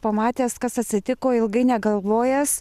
pamatęs kas atsitiko ilgai negalvojęs